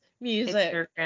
music